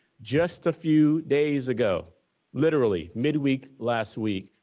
just a few days ago literally midweek last week,